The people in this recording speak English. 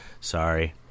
Sorry